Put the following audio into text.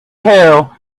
tell